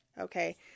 Okay